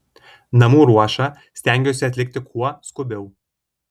namų ruošą stengiuosi atlikti kuo skubiau